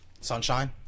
Sunshine